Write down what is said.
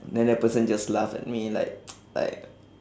then that person just laugh at me like like